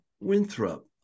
winthrop